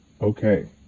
Okay